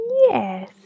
Yes